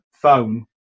phone